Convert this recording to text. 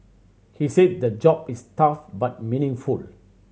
he said the job is tough but meaningful